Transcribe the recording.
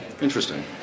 Interesting